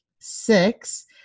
Six